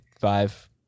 five